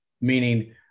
meaning